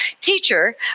Teacher